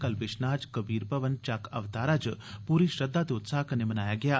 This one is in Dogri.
कल बिश्नाह च कबीर भवन चक्क अवतारा च पूरी श्रद्धा ते उत्साह कन्नै मनाया गेया